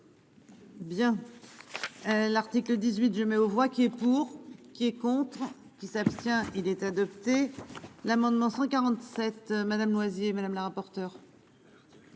Bien. L'article 18 je mets aux voix qui est pour. Qui est contre qui s'abstient. Il est adopté l'amendement 147 Madame Loisy madame la rapporteure.